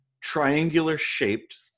triangular-shaped